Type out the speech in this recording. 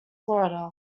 florida